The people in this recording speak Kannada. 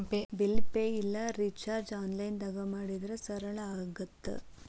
ಬಿಲ್ ಪೆ ಇಲ್ಲಾ ರಿಚಾರ್ಜ್ನ ಆನ್ಲೈನ್ದಾಗ ಮಾಡಿದ್ರ ಸರಳ ಆಗತ್ತ